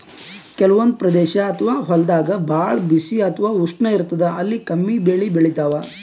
ಕೆಲವಂದ್ ಪ್ರದೇಶ್ ಅಥವಾ ಹೊಲ್ದಾಗ ಭಾಳ್ ಬಿಸಿ ಅಥವಾ ಉಷ್ಣ ಇರ್ತದ್ ಅಲ್ಲಿ ಕಮ್ಮಿ ಬೆಳಿ ಬೆಳಿತಾವ್